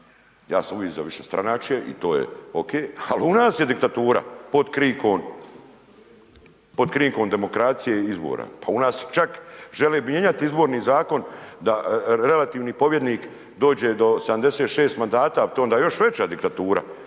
ja sam uvijek za višestranačje i to je OK, ali u nas je diktatura pod krinkom demokracije i izbora. Pa u nas čak žele mijenjati Izborni zakon da relativni pobjednik dođe do 76 mandata, pa to je onda još veća diktatura.